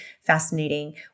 fascinating